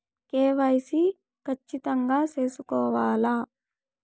KYC ఖచ్చితంగా సేసుకోవాలా